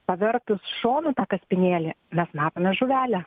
pavertus šonu tą kaspinėlį mes matome žuvelę